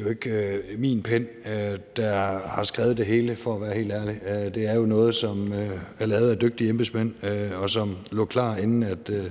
jo ikke er min pen, der har skrevet det hele – for at være helt ærlig. Det er jo noget, som er lavet af dygtige embedsmænd, og som lå klar, inden den